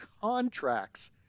contracts